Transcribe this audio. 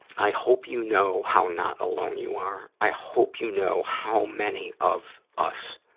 i hope you know how not alone you are. i hope you know how many of us